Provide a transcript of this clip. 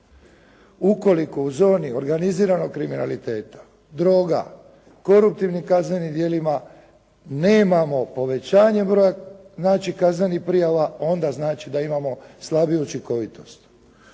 Ukoliko u zoni organiziranog kriminaliteta, droga, koruptivnih kaznenim djelima nemamo povećanje broja znači kaznenih prijava, onda znači da imamo slabiju učinkovitost.